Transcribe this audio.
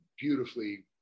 beautifully